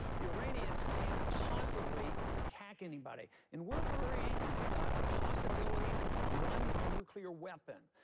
the iranians can't possibly attack anybody. and we're worrying about the possibility of one nuclear weapon.